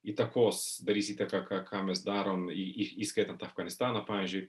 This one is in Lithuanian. įtakos darys įtaką ką ką mes darom įskaitant afganistaną pavyzdžiui